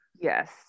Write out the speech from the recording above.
Yes